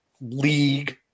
league